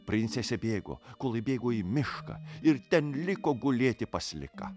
princesė bėgo kol įbėgo į mišką ir ten liko gulėti paslika